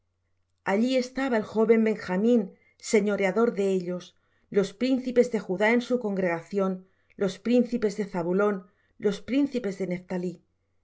allí estaba el joven benjamín señoreador de ellos los príncipes de judá en su congregación los príncipes de zabulón los príncipes de nephtalí